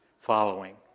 following